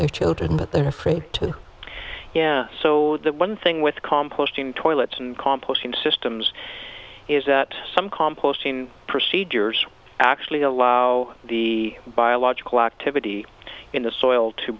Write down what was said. their children but they're afraid to so the one thing with composting toilets and composting systems is that some composting procedures actually allow the biological activity in the soil to